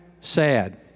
sad